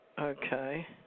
Okay